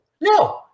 No